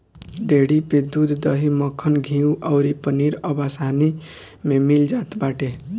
dairy पे दूध, दही, मक्खन, घीव अउरी पनीर अब आसानी में मिल जात बाटे